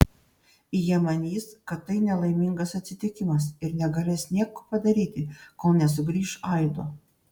jie manys kad tai nelaimingas atsitikimas ir negalės nieko padaryti kol nesugrįš aido